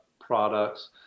products